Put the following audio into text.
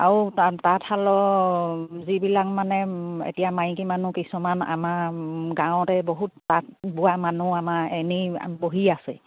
আৰু তা তাঁতশালৰ যিবিলাক মানে এতিয়া মাইকী মানুহ কিছুমান আমাৰ গাঁৱতে বহুত তাঁত বোৱা মানুহ আমাৰ এনেই বহি আছে